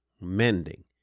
mending